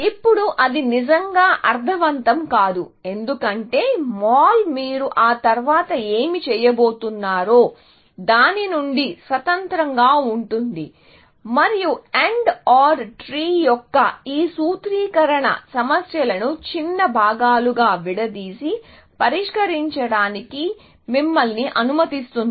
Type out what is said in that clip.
ఇప్పుడు అది నిజంగా అర్ధవంతం కాదు ఎందుకంటే మాల్ మీరు ఆ తర్వాత ఏమి చేయబోతున్నారో దాని నుండి స్వతంత్రంగా ఉంటుంది మరియు AND OR ట్రీ యొక్క ఈ సూత్రీకరణ సమస్యలను చిన్న భాగాలుగా విడదీసి పరిష్కరించడానికి మిమ్మల్ని అనుమతిస్తుంది